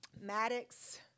Maddox